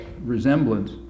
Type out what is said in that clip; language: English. resemblance